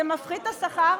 זה מפחית את השכר,